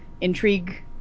Intrigue